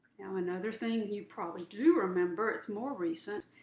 another thing you probably do remember, it's more recent,